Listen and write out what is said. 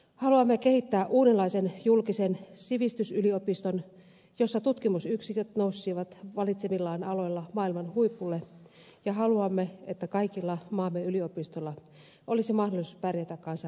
haluamme kehittää uudenlaisen julkisen sivistysyliopiston jossa tutkimusyksiköt nousisivat valitsemillaan aloilla maailman huipulle ja haluamme että kaikilla maamme yliopistoilla olisi mahdollisuus pärjätä kansainvälisessä kilpailussa